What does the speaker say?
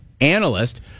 analyst